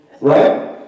Right